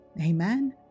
Amen